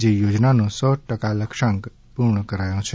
જે યોજનાનો સો ટકા લક્ષ્યાંક પૂર્ણ કરાયો છે